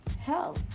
hell